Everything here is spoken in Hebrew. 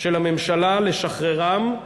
של הממשלה לשחררם,